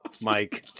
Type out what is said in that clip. Mike